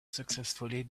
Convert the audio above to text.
successfully